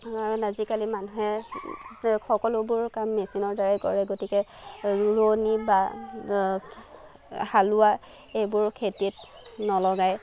কাৰণ আজিকালি মানুহে সকলোবোৰ কাম মেচিনৰ দ্বাৰাই কৰে গতিকে ৰোৱনি বা হালোৱা এইবোৰ খেতিত নলগায়ে